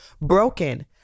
broken